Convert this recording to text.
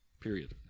period